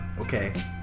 okay